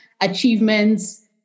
achievements